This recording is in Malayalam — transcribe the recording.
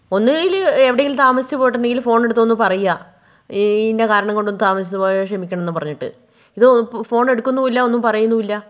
ഒന്നുല്ലെങ്കില് എവിടെയെങ്കിലും താമസിച്ചു പോയിട്ടുമുണ്ടെങ്കില് ഫോണെടുത്തോണ് പറയുക ഇഇ ഇന്ന കാരണം കൊണ്ടൊന്നു താമസിച്ചുപോയതാ ക്ഷമിക്കണമെന്നു പറഞ്ഞിട്ട് ഇത് ഫോണെടുക്കുന്നുമില്ല ഒന്നും പറയുന്നുമില്ല